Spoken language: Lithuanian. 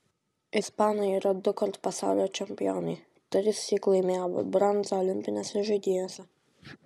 ispanai yra dukart pasaulio čempionai trissyk laimėjo bronzą olimpinėse žaidynėse